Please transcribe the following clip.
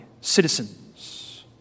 citizens